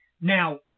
Now